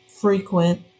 frequent